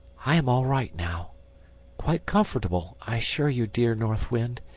i am all right now quite comfortable, i assure you, dear north wind.